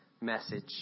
message